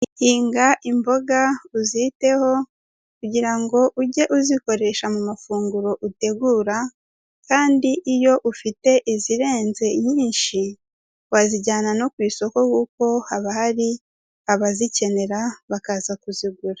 Hinga imboga uziteho kugira ngo ujye uzikoresha mu mafunguro utegura kandi iyo ufite izirenze nyinshi wazijyana no ku isoko kuko haba hari abazikenera, bakaza kuzigura.